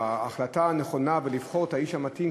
בהחלטה הנכונה לבחור את האיש המתאים,